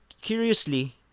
curiously